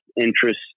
interests